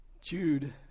Jude